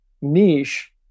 niche